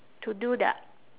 to do the